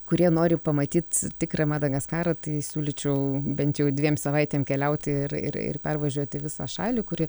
kurie nori pamatyt tikrą madagaskarą tai siūlyčiau bent jau dviem savaitėm keliaut ir ir ir pervažiuoti visą šalį kuri